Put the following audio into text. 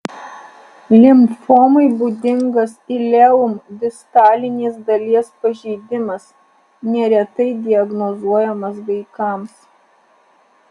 limfomai būdingas ileum distalinės dalies pažeidimas neretai diagnozuojamas vaikams